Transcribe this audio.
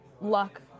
luck